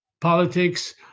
politics